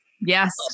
Yes